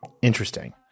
Interesting